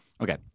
Okay